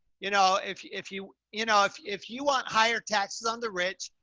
you know, if, if you, you know, if, if you want higher taxes on the rich,